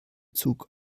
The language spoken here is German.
zug